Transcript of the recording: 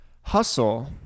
Hustle